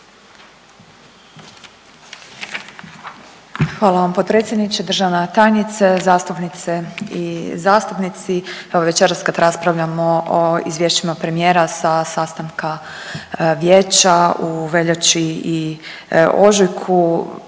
Hvala vam potpredsjedniče. Državna tajnice, zastupnice i zastupnici. Evo večeras kad raspravljamo o izvješćima premijera sa sastanka Vijeća u veljači i ožujku,